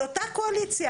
של אותה קואליציה,